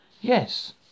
Yes